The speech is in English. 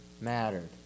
mattered